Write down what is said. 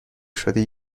شدی